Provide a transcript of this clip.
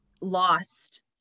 lost